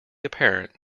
apparent